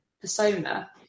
persona